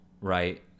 right